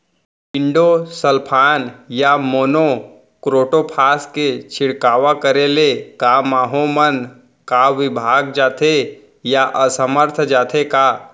Endosulfan या monocrotophos के छिड़काव करे ले क माहो मन का विभाग जाथे या असमर्थ जाथे का?